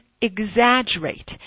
exaggerate